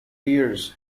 years